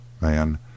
Man